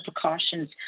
precautions